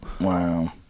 Wow